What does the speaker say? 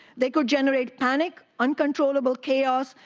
they could generate panic, uncontrollable calf,